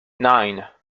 nine